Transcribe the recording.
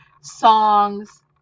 Songs